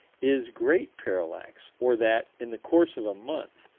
is great parallax or that, in the course of a month,